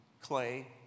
clay